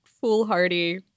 foolhardy